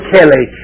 Kelly